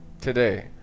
today